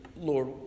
Lord